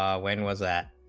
um when was that